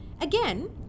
Again